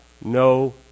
no